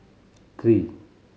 three